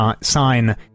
sign